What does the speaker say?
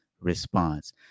response